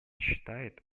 считает